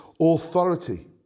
authority